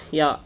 ja